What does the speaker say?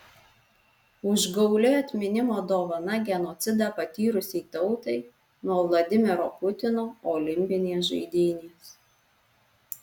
užgauli atminimo dovana genocidą patyrusiai tautai nuo vladimiro putino olimpinės žaidynės